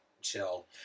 chill